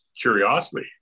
Curiosity